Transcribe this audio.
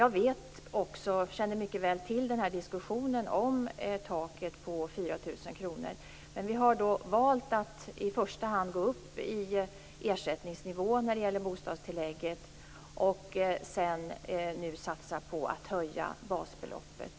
Jag känner mycket väl till diskussionen om taket på 4 000 kr. Men vi har valt att i första hand gå upp i ersättningsnivå när det gäller bostadstillägget, och att nu satsa på att höja basbeloppet.